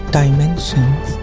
dimensions